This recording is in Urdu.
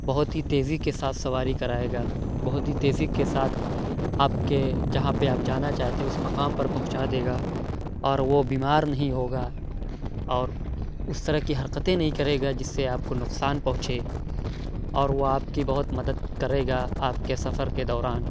بہت ہی تیزی کے ساتھ سواری کرائے گا بہت ہی تیزی کے ساتھ آپ کے جہاں پہ آپ جانا چاہتے ہو اس مقام پہ پہنچا دے گا اور وہ بیمار نہیں ہوگا اور اس طرح کی حرکتیں نہیں کرے گا جس سے آپ کو نقصان پہنچے اور وہ آپ کی بہت مدد کرے گا آپ کے سفر کے دوران